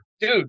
dude